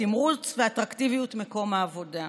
תמרוץ ואטרקטיביות מקום העבודה.